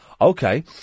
Okay